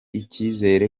icyizere